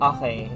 Okay